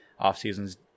offseason's